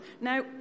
Now